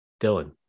Dylan